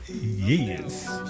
Yes